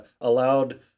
allowed